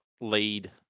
lead